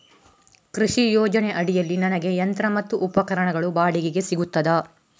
ಕೃಷಿ ಯೋಜನೆ ಅಡಿಯಲ್ಲಿ ನನಗೆ ಯಂತ್ರ ಮತ್ತು ಉಪಕರಣಗಳು ಬಾಡಿಗೆಗೆ ಸಿಗುತ್ತದಾ?